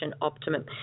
optimum